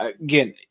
again